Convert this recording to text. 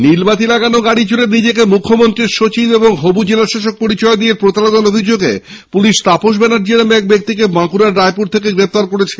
নীলবাতি লাগানো গাড়ি চড়ে নিজেকে মুখ্যমন্ত্রীর সচিব এবং হবু জেলাশাসক পরিচয় দিয়ে প্রতারণার অভিযোগে পুলিশ তাপস ব্যানার্জী নামে এক ব্যক্তিকে বাঁকুড়ার রায়পুর থেকে গ্রেফতার করেছে